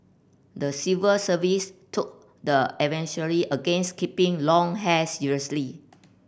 the civil service took the advisory against keeping long hair seriously